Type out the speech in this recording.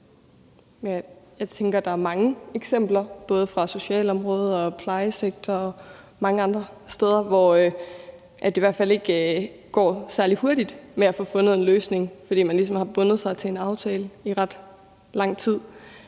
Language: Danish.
Jeg tænker, at der er mange eksempler både fra socialområdet, fra plejesektoren og fra mange andre steder, hvor det i hvert fald ikke går særlig hurtigt med at få fundet en løsning, fordi man ligesom har bundet sig til en aftale for ret lang tid.